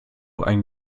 ein